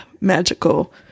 magical